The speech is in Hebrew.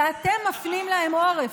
ואתם מפנים להם עורף,